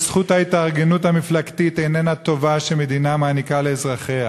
שזכות ההתארגנות המפלגתית איננה טובה שמדינה מעניקה לאזרחיה.